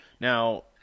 Now